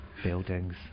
Buildings